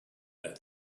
said